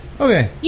Okay